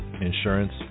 insurance